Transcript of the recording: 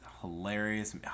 hilarious